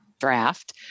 draft